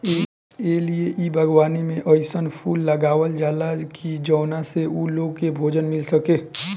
ए लिए इ बागवानी में अइसन फूल लगावल जाला की जवना से उ लोग के भोजन मिल सके